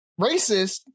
racist